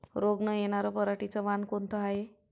रोग न येनार पराटीचं वान कोनतं हाये?